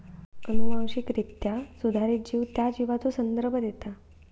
अनुवांशिकरित्या सुधारित जीव त्या जीवाचो संदर्भ देता